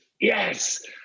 Yes